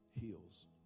heals